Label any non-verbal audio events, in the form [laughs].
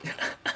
[laughs]